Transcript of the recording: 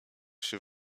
się